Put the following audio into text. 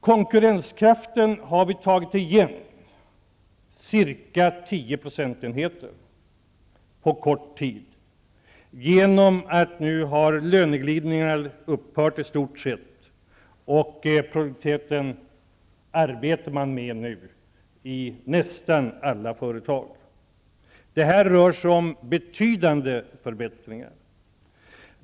Vi har på kort tid tagit igen ca 10 procentenheter av konkurrenskraften genom att löneglidningarna nu i stort sett har upphört. Dessutom arbetar man nu med produktiviteten i nästan alla företag. Det rör sig om betydande förbättringar.